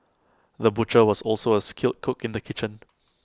the butcher was also A skilled cook in the kitchen